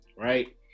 right